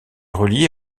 relié